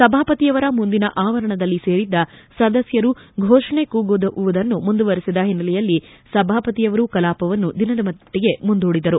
ಸಭಾಪತಿಯವರ ಮುಂದಿನ ಆವರಣದಲ್ಲಿ ಸೇರಿದ್ದ ಸದಸ್ನರು ಫೋಷಣೆ ಕೂಗುವುದನ್ನು ಮುಂದುವರೆಸಿದ ಹಿನ್ನಲೆಯಲ್ಲಿ ಸಭಾಪತಿಯವರು ಕಲಾಪವನ್ನು ದಿನದ ಮಟ್ಟಗೆ ಮುಂದೂಡಿದರು